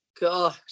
God